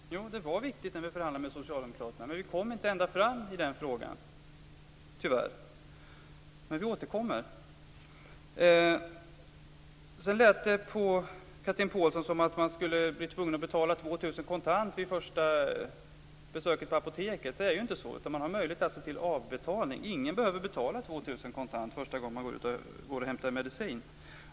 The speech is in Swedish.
Fru talman! Jo, det var viktigt när vi förhandlade med socialdemokraterna. Men vi kom inte ända fram i den frågan, tyvärr. Men vi återkommer. Det lät på Chatrine Pålsson som om man skulle bli tvungen att betala 2 000 kr kontant vid första besöket på apoteket. Det är inte så. Man har möjlighet till avbetalning. Ingen behöver betala 2 000 kr kontant första gången man hämtar medicin.